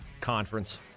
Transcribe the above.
Conference